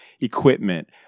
equipment